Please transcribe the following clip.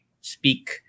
speak